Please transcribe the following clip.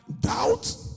doubt